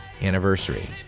anniversary